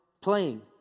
playing